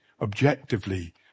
objectively